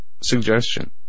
suggestion